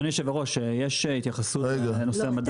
אדוני יושב ראש, יש התייחסות לנושא המדף.